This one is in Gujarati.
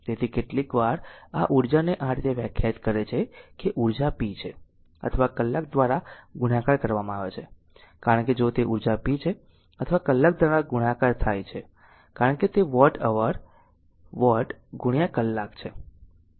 તેથી કેટલીકવાર આ ઉર્જાને આ રીતે વ્યાખ્યાયિત કરે છે કે ઉર્જા p છે અથવા કલાક દ્વારા ગુણાકાર કરવામાં આવે છે કારણ કે જો તે ઊર્જા p છે અથવા કલાક દ્વારા ગુણાકાર થાય છે કારણ કે તે વોટ અવર વોટ કલાક છે